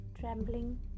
trembling